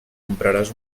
compraràs